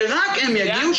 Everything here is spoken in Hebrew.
שרק הם יגיעו,